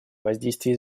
воздействия